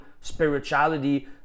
spirituality